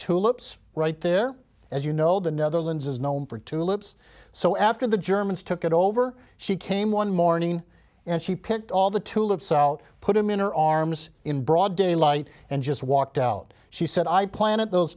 loops right there as you know the netherlands is known for two loops so after the germans took it over she came one morning and she picked all the tulips out put them in her arms in broad daylight and just walked out she said i planted those